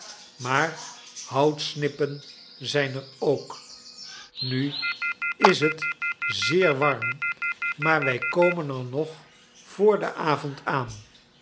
maar houtsnippen zijn er ook nu is het zeer warm maar wij komen er nog voor den avond aan